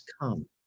come